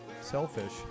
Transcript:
selfish